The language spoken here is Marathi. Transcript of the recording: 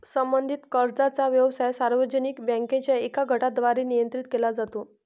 संबंधित कर्जाचा व्यवसाय सार्वजनिक बँकांच्या एका गटाद्वारे नियंत्रित केला जातो